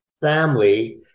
family